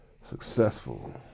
successful